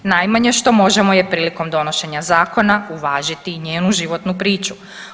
Najmanje što možemo je prilikom donošenja zakona uvažiti i njenu životnu priču.